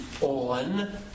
on